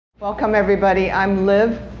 welcome, everybody. i'm liv.